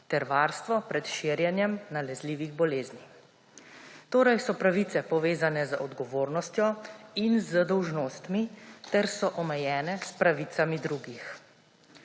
ter varstvo pred širjenjem nalezljivih bolezni. Torej so pravice povezane z odgovornostjo in z dolžnostmi ter so omejene s pravicami drugih.